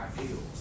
ideals